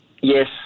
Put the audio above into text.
Yes